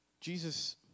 Jesus